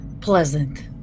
pleasant